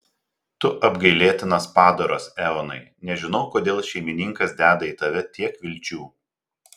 tu apgailėtinas padaras eonai nežinau kodėl šeimininkas deda į tave tiek vilčių